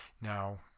now